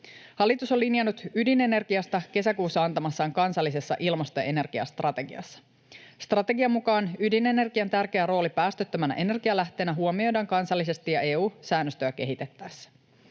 Hallitus on linjannut ydinenergiasta kesäkuussa antamassaan kansallisessa ilmasto- ja energiastrategiassa. Strategian mukaan ydinenergian tärkeä rooli päästöttömänä energianlähteenä huomioidaan kansallisesti ja EU-säännöstöä kehitettäessä.